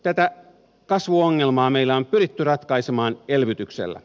tätä kasvuongelmaa meillä on pyritty ratkaisemaan elvytyksellä